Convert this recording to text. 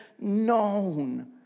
known